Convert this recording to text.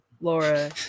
Laura